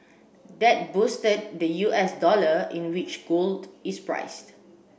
that boosted the U S dollar in which gold is priced